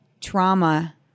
trauma